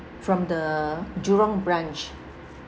from the jurong branch